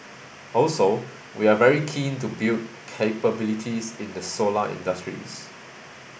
also we are very keen to build capabilities in the solar industries